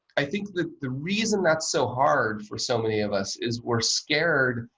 i think the the reason that's so hard for so many of us is we're scared.